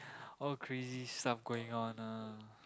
all crazy stuff going on ah